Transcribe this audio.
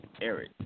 Eric